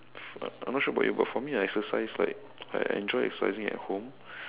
I'm not sure about you but for me I exercise like I enjoy exercising at home